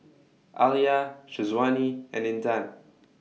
Alya Syazwani and Intan